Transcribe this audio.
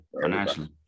Financially